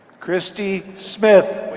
kristi smith.